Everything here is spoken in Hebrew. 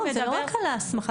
לא, זה לא רק על ההסמכה.